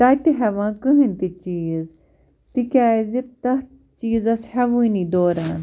تَتہِ ہٮ۪وان کٔہٕنٛۍ تہِ چیٖز تِکیٛازِ تَتھ چیٖزَس ہٮ۪وانٕے دوران